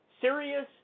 serious